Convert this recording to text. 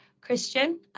Christian